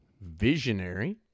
visionary